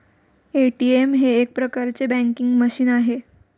ATM हे एक प्रकारचे बँकिंग मशीन आहे